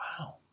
Wow